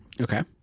Okay